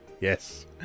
Yes